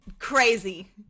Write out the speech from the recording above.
Crazy